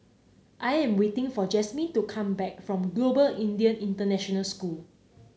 I am waiting for Jazmin to come back from Global Indian International School